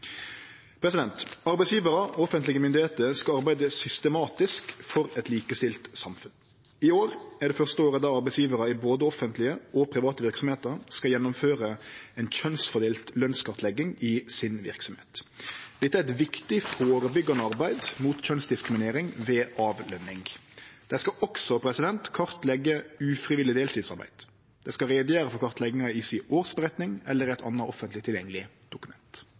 Arbeidsgjevarar og offentlege myndigheiter skal arbeide systematisk for eit likestilt samfunn. I år er det første året arbeidsgjevarar i både offentlege og private verksemder skal gjennomføre ei kjønnsfordelt lønskartlegging i verksemda si. Dette er eit viktig førebyggjande arbeid mot kjønnsdiskriminering ved løning. Dei skal også kartleggje ufrivillig deltidsarbeid. Dei skal gjere greie for kartlegginga i årsmeldinga eller eit anna offentleg tilgjengeleg dokument.